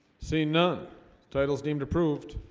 scene none titles deemed approved